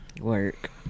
Work